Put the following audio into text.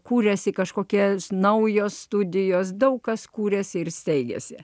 kūrėsi kažkokia naujos studijos daug kas kūrėsi ir steigiasi